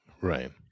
Right